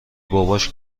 باباش